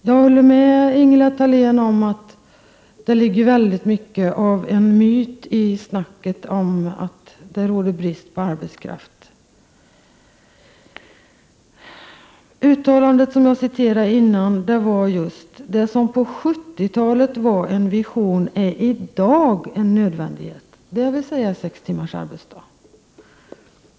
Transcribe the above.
Jag håller med Ingela Thalén om att det ligger mycket av myt i talet om att det råder brist på arbetskraft. Det uttalande jag citerade tidigare innebär just att det som på 1970-talet var en vision i dag är en nödvändighet — dvs. sex timmars arbetsdag.